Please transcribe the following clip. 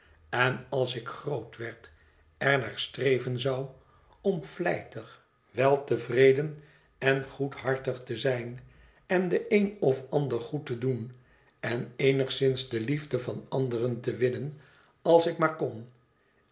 en als ik groot werd er naar streven zou om vlijtig weltevreden en goedhartig te zijn en den een of ander goed te doen en eenigszins de liefde van anderen te winnen als ik maar kon